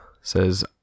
says